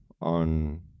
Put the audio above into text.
on